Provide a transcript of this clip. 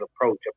approach